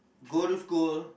go to school